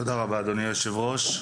תודה רבה, אדוני היושב-ראש.